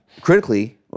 critically